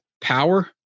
Power